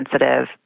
sensitive